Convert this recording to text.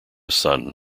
son